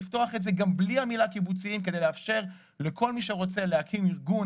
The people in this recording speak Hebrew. לפתוח את זה גם בלי המילה קיבוציים כדי לאפשר לכל מי שרוצה להקים ארגון